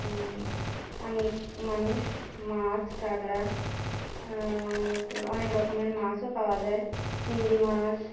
অনেক মানুষ মাছ কাঁকড়া অনেক অনেক রকমের মাছও পাওয়া যায় চিংড়ি মাছ